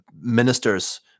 ministers